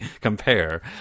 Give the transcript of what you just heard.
compare